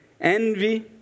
envy